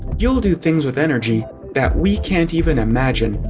you'll do things with energy that we can't even imagine.